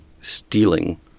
stealing